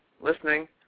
listening